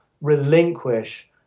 relinquish